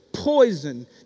poison